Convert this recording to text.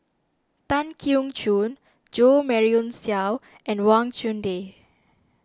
Tan Keong Choon Jo Marion Seow and Wang Chunde